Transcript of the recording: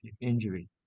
injury